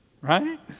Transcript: Right